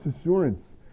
assurance